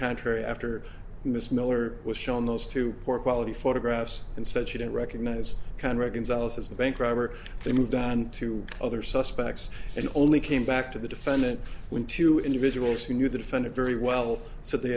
contrary after miss miller was shown those two poor quality photographs and said she didn't recognize kind reconciles as a bank robber they moved on to other suspects and only key back to the defendant when two individuals who knew the defendant very well said they